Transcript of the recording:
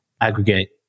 aggregate